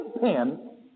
pen